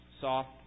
soft